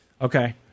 Okay